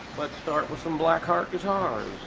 let's start with some blackheart guitars